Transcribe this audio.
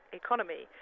economy